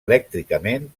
elèctricament